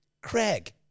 Craig